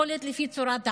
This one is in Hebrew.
יכול להיות לפי צורת האף,